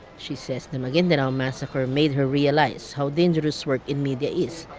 she says the maguindanao massacre made her realize how dangerous work in media is.